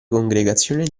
congregazione